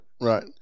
Right